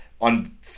on